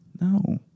No